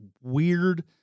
weird